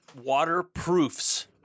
waterproofs